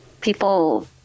people